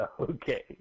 Okay